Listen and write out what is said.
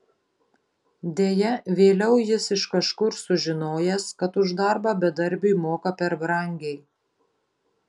deja vėliau jis iš kažkur sužinojęs kad už darbą bedarbiui moka per brangiai